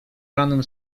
ranem